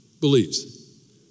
believes